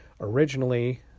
Originally